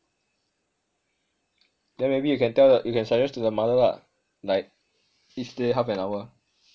then maybe you can tell you can suggest to the mother lah like each day half an hour